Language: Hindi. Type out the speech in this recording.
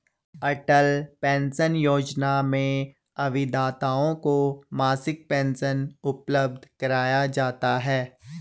अटल पेंशन योजना में अभिदाताओं को मासिक पेंशन उपलब्ध कराया जाता है